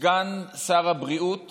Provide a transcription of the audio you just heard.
סגן שר הבריאות